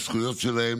בזכויות שלהם